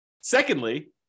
secondly